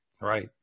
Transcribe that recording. Right